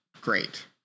great